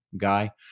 Guy